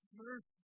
mercy